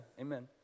amen